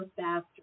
faster